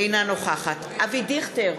אינה נוכחת אבי דיכטר,